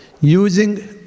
Using